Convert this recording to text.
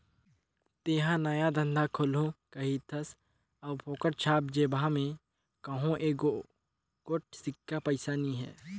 तेंहा नया धंधा खोलहू कहिथस अउ फोकट छाप जेबहा में कहों एको गोट सिक्का पइसा नी हे